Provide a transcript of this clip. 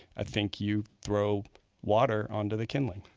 i think you throw water onto the kindling.